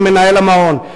כמנהל המעון.